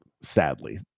Sadly